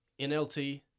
NLT